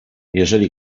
jeżeli